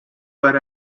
but